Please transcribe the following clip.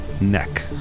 neck